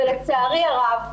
ולצערי הרב,